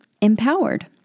empowered